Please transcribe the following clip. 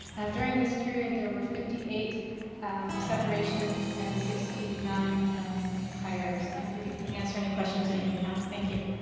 um during this period, there were fifty eight separations and sixty nine hires. i'm happy to answer any questions that you may have. thank you.